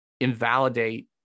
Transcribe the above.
invalidate